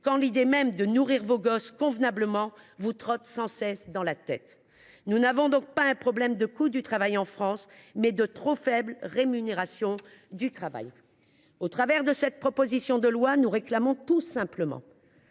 quand l’idée même de nourrir vos gosses convenablement ne cesse de vous trotter dans la tête ? Nous avons en France un problème non pas de coût du travail, mais de trop faible rémunération du travail. Au travers de cette proposition de loi, nous réclamons tout simplement